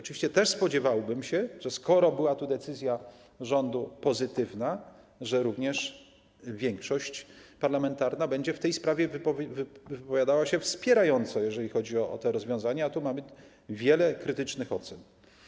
Oczywiście spodziewałbym się, że skoro decyzja rządu była pozytywna, to również większość parlamentarna będzie w tej sprawie wypowiadała się wspierająco, jeżeli chodzi o te rozwiązania, a tu mamy wiele krytycznych ocen.